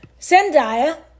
Zendaya